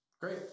Great